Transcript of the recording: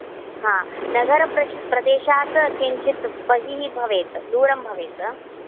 हा नगरप्रप्रदेशात् किञ्चित् बहिः भवेत् दूरं भवेत्